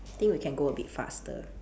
think we can go a bit faster